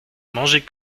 manger